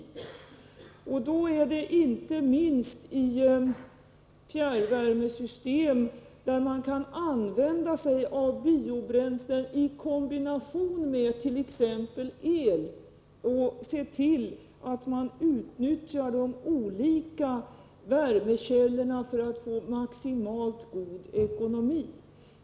Då kommer de i fråga inte minst i fjärrvärmesystem, där man kan använda sig av biobränslen i kombination med t.ex. el och se till att man utnyttjar de olika värmekällorna för att få maximalt god ekonomi.